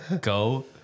Go